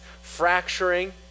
fracturing